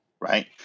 Right